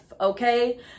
okay